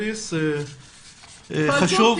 כל טוב.